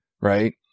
Right